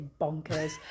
bonkers